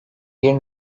bir